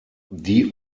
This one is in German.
die